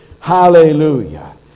Hallelujah